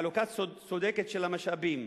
חלוקה צודקת של המשאבים,